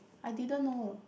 I didn't know